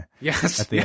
yes